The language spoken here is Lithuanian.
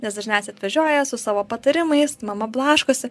nes dažniausiai atvažiuoja su savo patarimais mama blaškosi